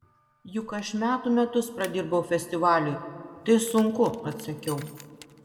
juk aš metų metus pradirbau festivaliui tai sunku atsakiau